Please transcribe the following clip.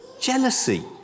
jealousy